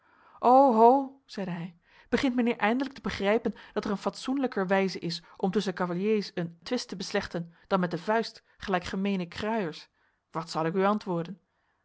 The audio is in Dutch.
ho zeide hij begint mijnheer eindelijk te begrijpen dat er een fatsoenlijker wijze is om tusschen cavaliers een twist te beslechten dan met de vuist gelijk gemeene kruiers wat zal ik u antwoorden